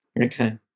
Okay